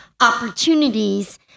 opportunities